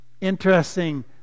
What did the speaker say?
Interesting